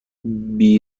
برویم